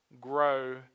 grow